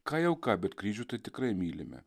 ką jau ką bet kryžių tai tikrai mylime